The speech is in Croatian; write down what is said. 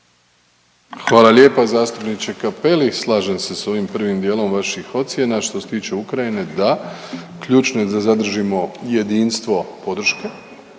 Hvala lijepa zastupniče Cappelli. Slažem se s ovim prvim dijelom vaših ocjena. Što se tiče Ukrajine da, ključno je da zadržimo jedinstvo podrške,